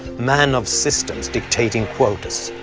man of systems dictating quotas.